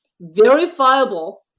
verifiable